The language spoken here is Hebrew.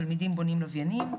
תלמידים בונים לוויינים.